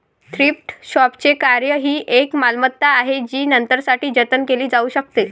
thrift शॉपचे कार्य ही एक मालमत्ता आहे जी नंतरसाठी जतन केली जाऊ शकते